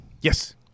Yes